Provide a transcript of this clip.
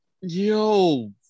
yo